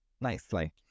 nicely